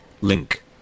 Link